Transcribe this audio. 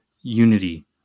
unity